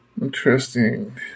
Interesting